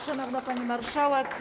Szanowna Pani Marszałek!